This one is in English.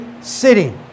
city